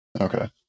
Okay